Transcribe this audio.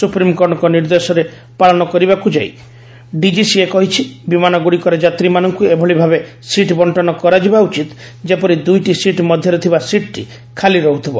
ସୁପ୍ରିମ୍କୋର୍ଟଙ୍କ ନିର୍ଦ୍ଦେଶର ପାଳନ କରିବାକୁ ଯାଇ ଡିକିସିଏ କହିଛି ବିମାନଗୁଡ଼ିକରେ ଯାତ୍ରୀମାନଙ୍କୁ ଏଭଳି ଭାବେ ସିଟ୍ ବଂଟନ କରାଯିବା ଉଚିତ ଯେପରି ଦୁଇଟି ସିଟ୍ ମଧ୍ୟରେ ଥିବା ସିଟ୍ଟି ଖାଲି ରହୁଥିବ